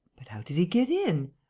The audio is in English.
but how did he get in?